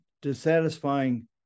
dissatisfying